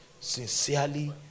sincerely